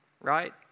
right